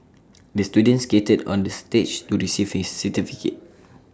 the student skated on the stage to receive his certificate